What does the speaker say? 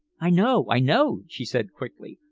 i know, i know! she said quickly.